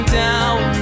down